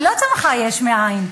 היא לא צמחה יש מאין.